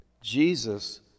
Jesus